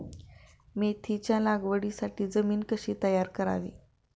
मेथीच्या लागवडीसाठी जमीन कशी तयार करावी?